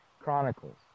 Chronicles